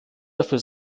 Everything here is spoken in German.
dafür